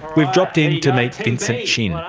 we've dropped in to meet vincent shin.